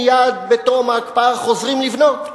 מייד בתום ההקפאה חוזרים לבנות.